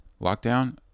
Lockdown